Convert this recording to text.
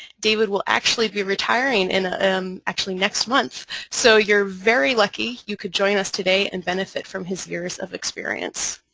david will actually be retiring and um next month so you're very lucky you could join us today and benefit from his years of experience.